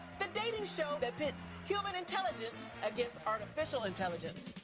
the dating show that pits human intelligence against artificial intelligence.